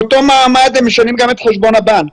באותו מעמד הם גם משנים את חשבון הבנק.